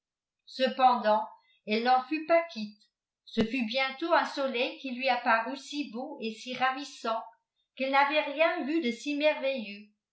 cependant elle n'en fut pas quitte ce fut bientôt un soleil qui lui apparut si beau et si ravissant qu'elle n'avait rien vu de si merveilleux